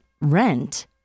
Rent